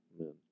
Amen